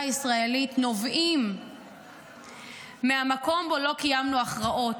הישראלית נובעים מהמקום שבו לא קיימנו הכרעות,